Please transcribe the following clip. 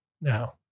now